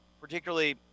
particularly